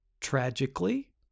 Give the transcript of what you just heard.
Tragically